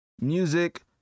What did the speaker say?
music